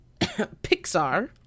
Pixar